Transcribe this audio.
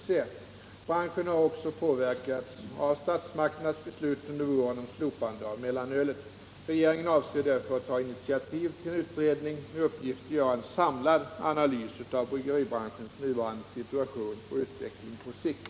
Lo emotse. Branschen har också påverkats av statsmakternas beslut under Om bibehållande våren om slopande av mellanölet. Regeringen avser därför att ta initiativ av mälteri i till en utredning med uppgift att göra en samlad analys av bryggeri Söderhamn branschens nuvarande situation och utveckling på sikt.